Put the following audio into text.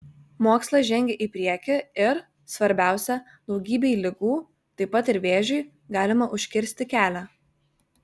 mokslas žengia į priekį ir svarbiausia daugybei ligų taip pat ir vėžiui galima užkirsti kelią